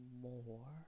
more